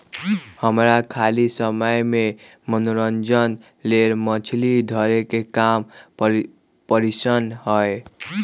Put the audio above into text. हमरा खाली समय में मनोरंजन लेल मछरी धरे के काम पसिन्न हय